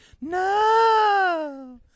no